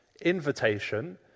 invitation